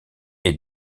est